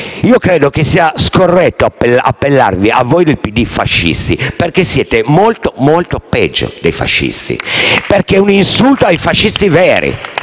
Io credo che sia scorretto appellare voi del PD come fascisti, perché siete molto peggio dei fascisti. È un insulto ai fascisti veri.